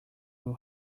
will